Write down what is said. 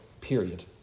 period